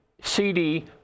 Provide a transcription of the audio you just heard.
cd